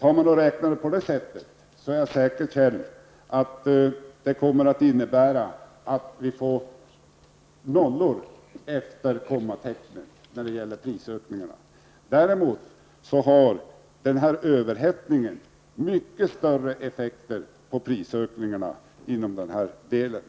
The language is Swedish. Om man använder denna metod, Kjell Johansson, är jag säker på att höjningen kommer att innebära att det blir nollor efter kommatecknen när man beräknar prisökningarna. Däremot har överhettningarna mycket större effekter på priserna inom den här delen.